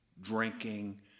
drinking